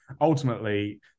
ultimately